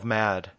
mad